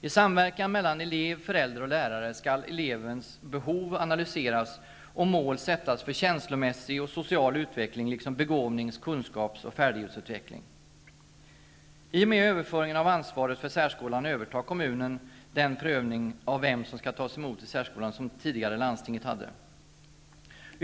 I samverkan mellan elev, förälder och lärare skall elevens behov analyseras och mål sättas för känslomässig och social utveckling, liksom begåvnings , kunskapsoch färdighetsutveckling. I och med överföringen av ansvaret för särskolan övertar kommunen den prövning av vem som skall tas emot i särskolan som landstinget tidigare gjorde.